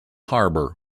harbor